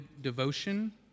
devotion